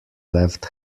left